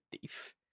thief